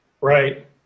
Right